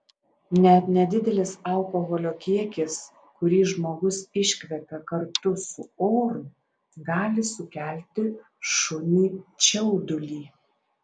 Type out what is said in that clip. net nedidelis alkoholio kiekis kurį žmogus iškvepia kartu su oru gali sukelti šuniui čiaudulį